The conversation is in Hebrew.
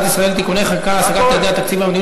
ישראל (תיקוני חקיקה להשגת יעדי התקציב והמדיניות